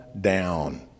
down